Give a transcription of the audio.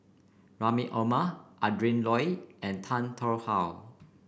Rahim Omar Adrin Loi and Tan Tarn How